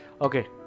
Okay